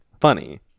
funny